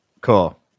Cool